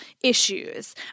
issues